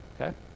okay